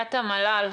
נציגת המל"ל,